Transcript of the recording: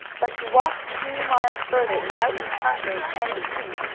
but he walked two miles farther without encountering any team.